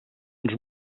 ens